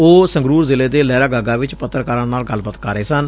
ਉਹ ਸੰਗਰੁਰ ਜ਼ਿਲ੍ਜੇ ਦੇ ਲਹਿਰਾਗਾਗਾ ਵਿਚ ਪੱਤਰਕਾਰਾਂ ਨਾਲ ਗੱਲਬਾਤ ਕਰ ਰਹੇ ਸਨ